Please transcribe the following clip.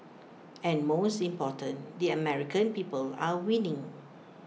and most important the American people are winning